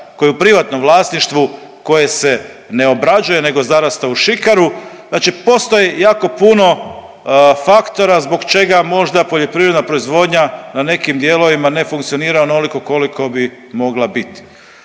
je u privatnom vlasništvu koje se ne obrađuje nego zarasta u šikaru, znači postoji jako puno faktora zbog čega možda poljoprivredna proizvodnja na nekim dijelovima ne funkcionira onoliko koliko bi mogla biti.